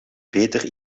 beter